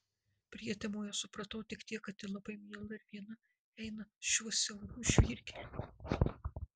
prietemoje supratau tik tiek kad ji labai miela ir viena eina šiuo siauru žvyrkeliu